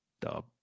Dub